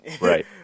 Right